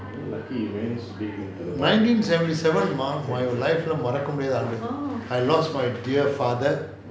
nineteen seventy seven man my life lay மறக்க முடியாத ஆண்டு:maraka mudiyatha aandu I lost my dear father